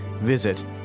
Visit